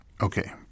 Okay